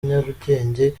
nyarugenge